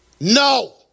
No